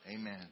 Amen